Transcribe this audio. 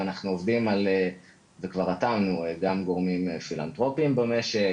אנחנו עובדים וכבר רתמנו גם גורמים פילנתרופיים במשק,